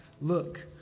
look